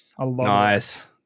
Nice